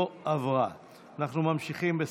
זה לא מקרה ראשון.